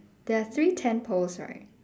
there are three tent poles right